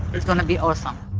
it's going to be awesome